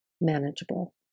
manageable